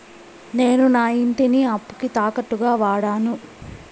నేను నా ఇంటిని అప్పుకి తాకట్టుగా వాడాను